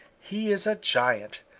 he is a giant,